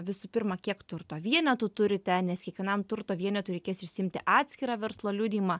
visų pirma kiek turto vienetų turite nes kiekvienam turto vienetui reikės išsiimti atskirą verslo liudijimą